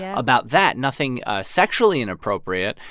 yeah about that, nothing sexually inappropriate.